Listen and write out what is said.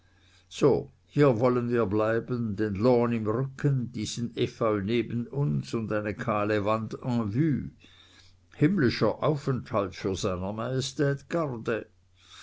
so hier wollen wir bleiben den lawn im rücken diesen efeu neben uns und eine kahle wand en vue himmlischer aufenthalt für seiner majestät garde